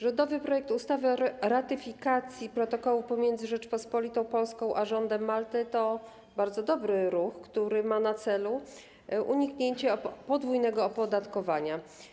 Rządowy projekt ustawy o ratyfikacji protokołu pomiędzy Rzeczpospolitą a rządem Malty to bardzo dobry ruch, który ma na celu uniknięcie podwójnego opodatkowania.